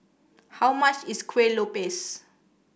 how much is Kuih Lopes